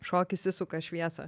šokis išsuka šviesą